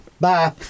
bye